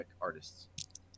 artists